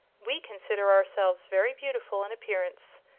we consider ourselves very beautiful in appearance,